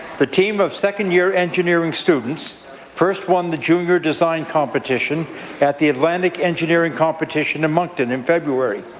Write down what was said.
the team of second-year engineering students first won the junior design competition at the atlantic engineering competition in moncton in february.